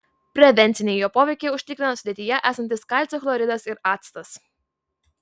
prevencinį jo poveikį užtikrina sudėtyje esantis kalcio chloridas ir actas